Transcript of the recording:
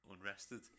unrested